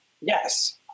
Yes